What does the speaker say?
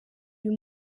uyu